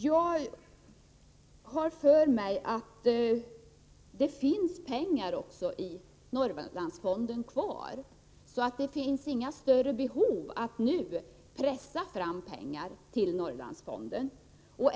Jag har för mig att det finns pengar kvar i Norrlandsfonden, så att det nu inte finns några större behov att pressa fram pengar till Norrlandsfonden.